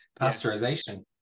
pasteurization